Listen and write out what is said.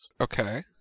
Okay